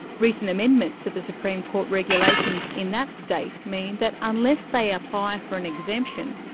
recent amendments to the supreme court regulations in that state mean that unless they apply for an exemption,